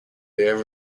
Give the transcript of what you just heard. there